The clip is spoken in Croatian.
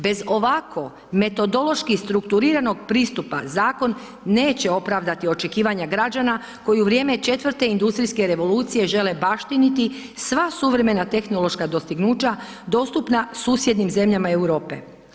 Bez ovako metodološki strukturiranog pristupa zakon neće opravdati očekivanja građana koji u vrijeme 4 industrijske revolucije žele baštiniti sva suvremena tehnološka dostignuća dostupna susjednim zemljama Europe.